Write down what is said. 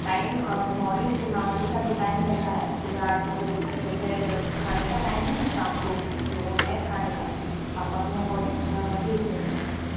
time morning जो नाश्तए का जो टाइम रहता है सुबह आठ नौ बजे तक दोपहर खाने का टाइम है और शाम को जो वो है खाने का आप अपने अकोर्डिंग भेज देना टाइम से